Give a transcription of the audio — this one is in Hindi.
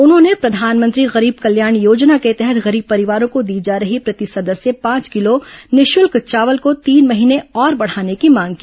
उन्होंने प्रधानमंत्री गरीब कल्याण योजना के तहत गरीब परिवारों को दी जा रही प्रति सदस्य पांच ँ किलो निःशुल्क चावल को तीन महीने और बढ़ाने की मांग की